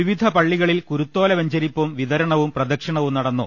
വിവിധ പള്ളികളിൽ കുരുത്തോല വെഞ്ചരിപ്പും വിതരണവും പ്രദ ക്ഷിണവും നടന്നു